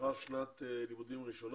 לאחר שנת לימודים ראשונה,